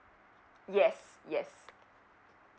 yes yes